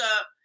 up